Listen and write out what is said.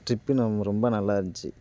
trip நொம் ரொம்ப நல்லா இருந்துச்சி